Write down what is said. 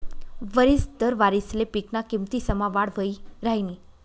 वरिस दर वारिसले पिकना किमतीसमा वाढ वही राहिनी